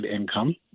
income